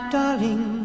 darling